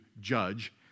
judge